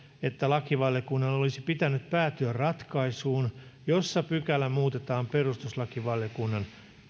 että lakivaliokunnan olisi pitänyt päätyä ratkaisuun jossa pykälä muutetaan perustuslakivaliokunnan